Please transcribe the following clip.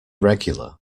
regular